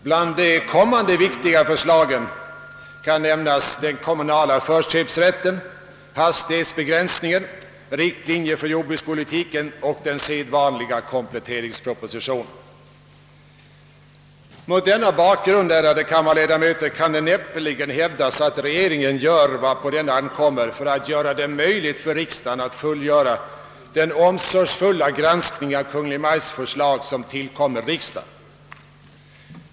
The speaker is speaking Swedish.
Bland kommande viktiga förslag kan nämnas den kommunala förköpsrätten, hastighetsbegränsningen, riktlinjer för jordbrukspolitiken och den sedvanliga kompletteringspropositionen. Mot denna bakgrund, ärade kammarledamöter, kan det näppeligen hävdas att regeringen gör vad på den ankommer för att göra det möjligt för riksdagen att fullgöra den omsorgsfulla granskning av Kungl. Maj:ts förslag som tillkommer riksdagen.